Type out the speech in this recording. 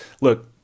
Look